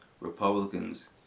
Republicans